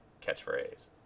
catchphrase